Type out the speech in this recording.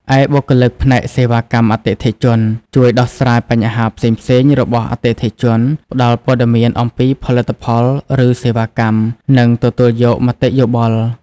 ឯបុគ្គលិកផ្នែកសេវាកម្មអតិថិជន ជួយដោះស្រាយបញ្ហាផ្សេងៗរបស់អតិថិជន ផ្តល់ព័ត៌មានអំពីផលិតផល ឬសេវាកម្ម និងទទួលយកមតិយោបល់។